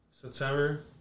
September